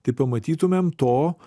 tai pamatytumėm to